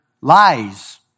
lies